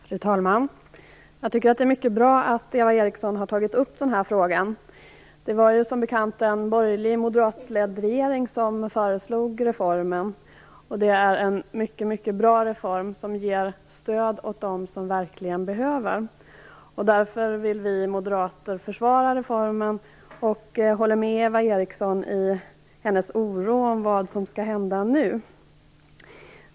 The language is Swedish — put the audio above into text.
Fru talman! Jag tycker att det är mycket bra att Eva Eriksson har tagit upp den här frågan. Det var som bekant en borgerlig moderatledd regering som föreslog reformen. Det är en mycket bra reform som ger stöd åt dem som verkligen behöver det. Därför vill vi moderater försvara reformen. Jag håller med Eva Eriksson i hennes oro över vad som nu skall hända.